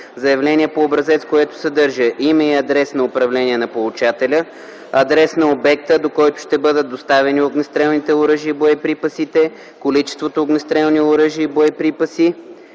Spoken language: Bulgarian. заявление по образец, което съдържа: име и адрес на управление на получателя; адрес на обекта, до който ще бъдат доставени огнестрелните оръжия и боеприпасите; количеството огнестрелни оръжия и боеприпасите;